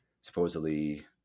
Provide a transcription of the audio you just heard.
supposedly